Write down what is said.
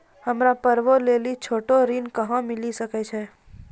हमरा पर्वो लेली छोटो ऋण कहां मिली सकै छै?